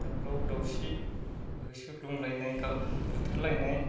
दावराव दावसि होसोग्लुंलायनाय गाव बुथार लायनाय